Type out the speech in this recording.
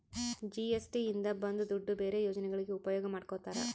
GST ಇಂದ ಬಂದ್ ದುಡ್ಡು ಬೇರೆ ಯೋಜನೆಗಳಿಗೆ ಉಪಯೋಗ ಮಾಡ್ಕೋತರ